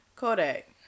Kodak